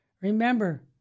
Remember